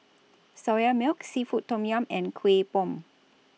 Soya Milk Seafood Tom Yum and Kuih Bom